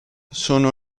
sono